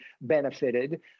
benefited